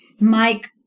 Mike